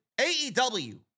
AEW